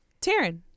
Taryn